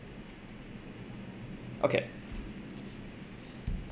okay